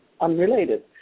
unrelated